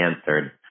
answered